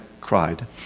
cried